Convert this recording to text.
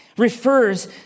refers